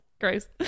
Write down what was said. gross